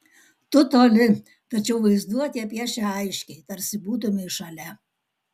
tu toli tačiau vaizduotė piešia aiškiai tarsi būtumei šalia